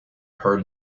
her